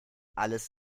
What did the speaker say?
alles